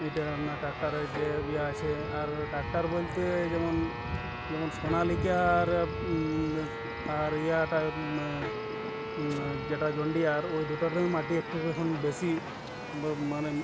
এটা আপনার ট্রাক্টর হয়েছে হেভি আছে আর ট্রাক্টর বলতে যেমন যেমন সোনালিকার আর ইয়াটা যেটা জন ডিয়ার ওই দুটার জন্য মাটি একটু এখন বেশি মো মানে